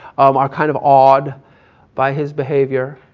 are kind of awed by his behavior.